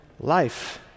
Life